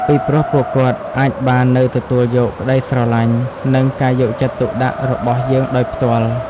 ពីព្រោះពួកគាត់អាចបាននៅទទួលយកក្តីស្រឡាញ់ និងការយកចិត្តទុកដាក់របស់យើងដោយផ្ទាល់។